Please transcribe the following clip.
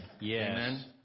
Yes